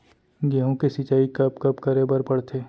गेहूँ के सिंचाई कब कब करे बर पड़थे?